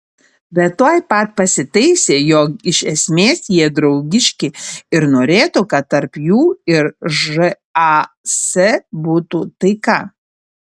bet tuoj pat pasitaisė jog iš esmės jie draugiški ir norėtų kad tarp jų ir žas būtų taika